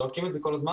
זועקים את זה כל הזמן,